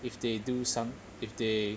if they do some if they